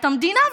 את המדינה,